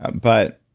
but